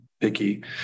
picky